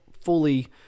fully